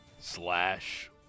slash